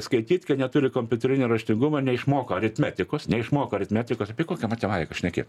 skaityt kad neturi kompiuterinio raštingumo neišmoko aritmetikos neišmoko aritmetikos apie kokią matematiką šneki